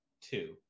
two